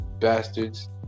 bastards